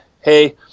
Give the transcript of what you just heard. hey